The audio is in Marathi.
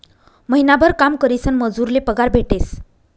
महिनाभर काम करीसन मजूर ले पगार भेटेस